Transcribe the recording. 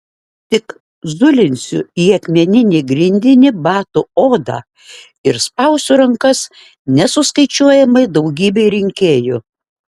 tik zulinsiu į akmeninį grindinį batų odą ir spausiu rankas nesuskaičiuojamai daugybei rinkėjų